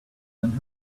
then